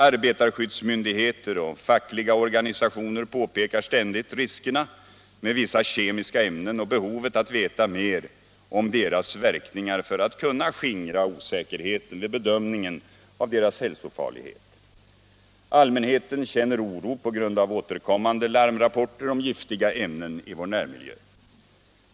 Arbetarskyddsmyndigheter och fackliga organisationer påpekar ständigt riskerna med vissa kemiska ämnen och behovet av att veta mer om deras verkningar för att kunna skingra osäkerheten vid bedömningen av deras hälsofarlighet. Allmänheten känner oro på grund av återkommande larmrapporter om giftiga ämnen i vår närmiljö.